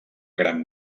gran